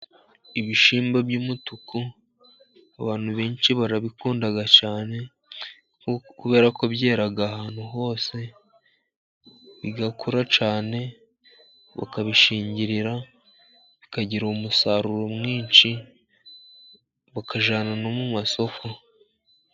Ibishyimbo by'umutuku abantu benshi barabikunda cyane kuberako byera ahantu hose, bigakura cyane bakabishingirira bikagira umusaruro mwinshi, bakajyana no mu masoko.